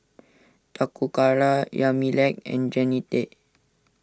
Toccara Yamilex and Jennette